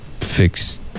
fix